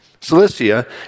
Cilicia